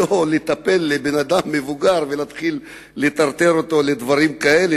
שלא ייטפלו לאדם מבוגר ויתחילו לטרטר אותו לדברים כאלה.